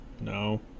no